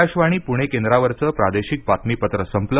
आकाशवाणी पुणे केंद्रावरचं प्रादेशिक बातमीपत्र संपलं